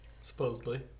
supposedly